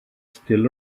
still